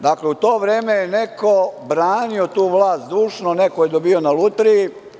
Dakle, u vreme je neko branio tu vlast zdušno, neko je dobijao na lutriji.